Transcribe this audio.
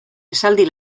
esaldi